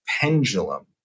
pendulum